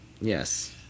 Yes